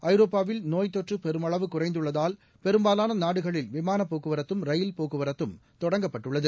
ஐரோப்பாவில் நோய்த்தொற்றுபெருமளவு குறைந்துள்ளதால் பெரும்பாவானநாடுகளில் விமானப் போக்குவரத்தும் ரயில் போக்குவரத்தும் தொடங்கப்பட்டுள்ளது